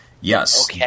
Yes